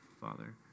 Father